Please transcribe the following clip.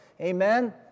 Amen